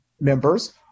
members